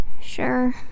Sure